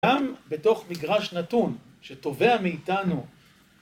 ‫גם בתוך מגרש נתון ‫שתובע מאיתנו..